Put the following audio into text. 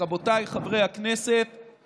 רבותיי חברי הכנסת,